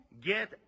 Get